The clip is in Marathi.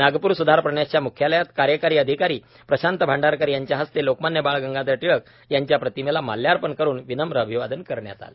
नागपूर सुधार प्रन्यासच्या मुख्यालयात कार्यकारी अधिकारी प्रशांत भांडारकर यांच्या हस्ते लोकमान्य बाळ गंगाधर टिळक यांच्या प्रतिमेला माल्यार्पण करून विनम्र अभिवादन करण्यात आले